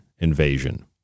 invasion